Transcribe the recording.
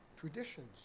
Traditions